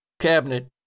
cabinet